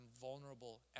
vulnerable